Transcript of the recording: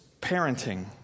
parenting